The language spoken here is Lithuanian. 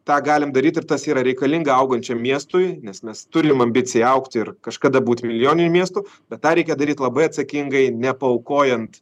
tą galim daryt ir tas yra reikalinga augančiam miestui nes mes turim ambiciją augti ir kažkada būt milijoniniu miestu bet tą reikia daryt labai atsakingai nepaaukojant